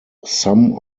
some